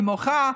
הייתה מוחה,